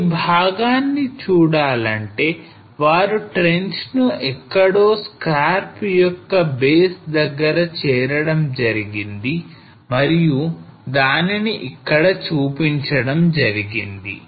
ఈ భాగాన్ని చూడాలంటే వారు trench ను ఎక్కడో scarp యొక్క base దగ్గర చేరడం జరిగింది మరియు దానిని ఇక్కడ చూపించడం జరిగింది